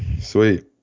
sweet